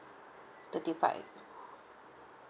thirty five